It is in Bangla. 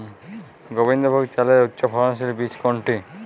গোবিন্দভোগ চালের উচ্চফলনশীল বীজ কোনটি?